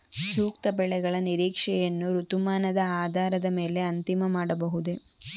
ಸೂಕ್ತ ಬೆಳೆಗಳ ನಿರೀಕ್ಷೆಯನ್ನು ಋತುಮಾನದ ಆಧಾರದ ಮೇಲೆ ಅಂತಿಮ ಮಾಡಬಹುದೇ?